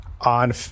on